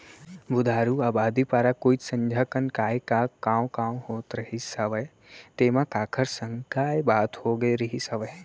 बुधारू अबादी पारा कोइत संझा कन काय कॉंव कॉंव होत रहिस हवय तेंमा काखर संग काय बात होगे रिहिस हवय?